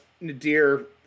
Nadir